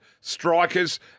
strikers